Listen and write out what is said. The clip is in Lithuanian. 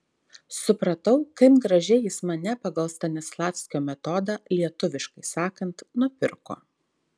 supratau kaip gražiai jis mane pagal stanislavskio metodą lietuviškai sakant nupirko